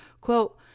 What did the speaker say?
quote